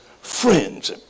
friends